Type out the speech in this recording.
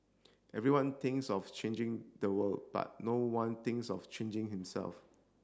everyone thinks of changing the world but no one thinks of changing himself